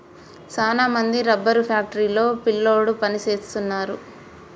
సాన మంది rubber factory లో పిల్లోడు పని సేస్తున్నారు